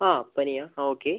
ആ പനിയാണോ ഓക്കേ